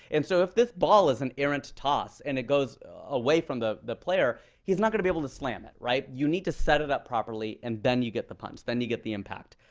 and so if this ball is an errant toss and it goes away from the the player, he's not going to able to slam it. right? you need to set it up properly and then you get the punch. then you the impact.